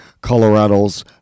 Colorado's